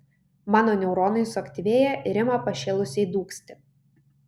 mano neuronai suaktyvėja ir ima pašėlusiai dūgzti